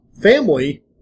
family